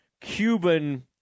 Cuban